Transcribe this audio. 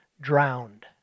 drowned